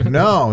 no